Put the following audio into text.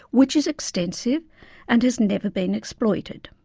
which is extensive and has never been exploited.